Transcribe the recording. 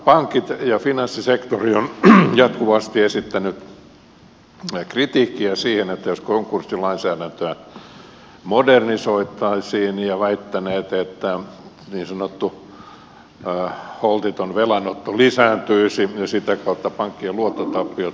pankit ja finanssisektori ovat jatkuvasti esittäneet kritiikkiä sitä kohtaan että konkurssilainsäädäntöä modernisoitaisiin ja väittäneet että niin sanottu holtiton velanotto lisääntyisi ja sitä kautta pankkien luottotappiot lisääntyisivät